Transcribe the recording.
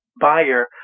buyer